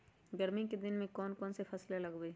गर्मी के दिन में कौन कौन फसल लगबई?